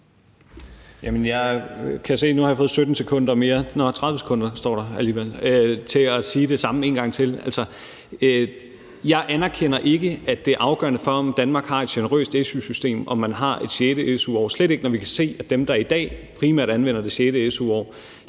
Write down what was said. Jeg anerkender ikke, at det er afgørende for, at Danmark har et generøst su-system, at man har et sjette su-år. Og slet ikke, når vi kan se, at dem, der i dag primært anvender det sjette su-år,